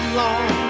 long